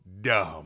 Dumb